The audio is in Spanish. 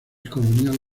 colonial